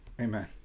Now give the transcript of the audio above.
amen